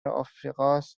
آفریقاست